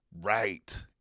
Right